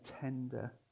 tender